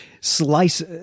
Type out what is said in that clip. slice